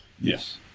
Yes